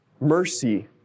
mercy